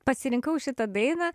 pasirinkau šitą dainą